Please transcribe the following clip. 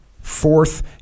Fourth